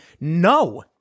no